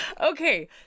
Okay